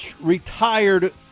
retired